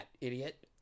idiot